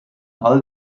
all